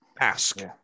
ask